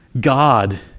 God